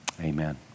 Amen